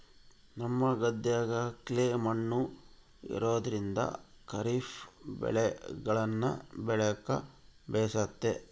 ನಮ್ಮ ಗದ್ದೆಗ ಕ್ಲೇ ಮಣ್ಣು ಇರೋದ್ರಿಂದ ಖಾರಿಫ್ ಬೆಳೆಗಳನ್ನ ಬೆಳೆಕ ಬೇಸತೆ